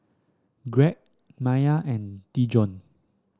Gregg Maia and Dijon